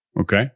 Okay